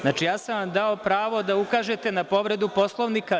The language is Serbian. Znači, ja sam vam dao pravo da ukažete na povredu Poslovnika.